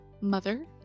mother